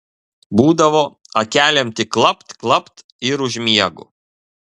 būdavo akelėm tik klapt klapt ir užmiegu